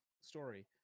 story